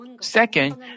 Second